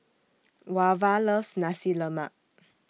Wava loves Nasi Lemak